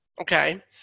okay